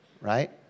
right